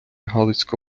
галицько